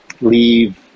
leave